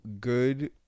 good